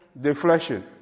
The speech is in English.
deflation